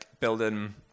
building